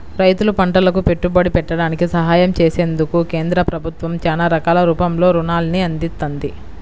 రైతులు పంటలకు పెట్టుబడి పెట్టడానికి సహాయం చేసేందుకు కేంద్ర ప్రభుత్వం చానా రకాల రూపంలో రుణాల్ని అందిత్తంది